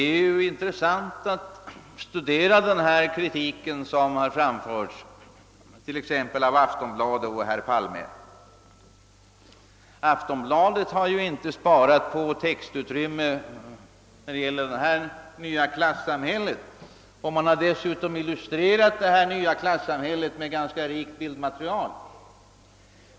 Att studera den kritik som har framförts t.ex. av Aftonbladet och herr Palme är intressant. Aftonbladet har inte sparat på textutrymme när det gäller »det nya klassamhället» och har dessutom illustrerat det med ett ganska rikt bildmaterial.